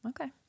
Okay